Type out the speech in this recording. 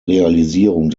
realisierung